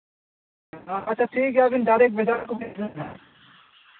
ᱟᱪᱪᱷᱟ ᱴᱷᱤᱠ ᱜᱮᱭᱟ ᱟᱹᱵᱤᱱ ᱪᱟᱬᱧᱚᱜ ᱵᱷᱮᱡᱟ ᱠᱟᱠᱚ ᱵᱤᱱ